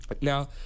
now